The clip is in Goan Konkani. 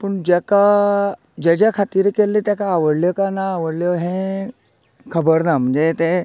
पूण जेका ज्या ज्या खातीर केल्लें तेका आवडल्यो काय ना आवडल्यो हें खबर ना म्हणजे तें